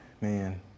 man